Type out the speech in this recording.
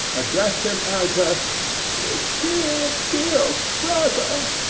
addressed him as her dear, dear brother.